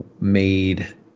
made